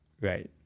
Right